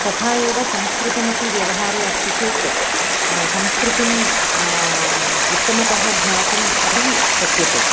तथा एव संस्कृतमपि व्यवहारे अस्ति चेत् संस्कृतिं उत्तमतः ज्ञातुम् अपि शक्यते